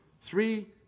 three